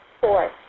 Four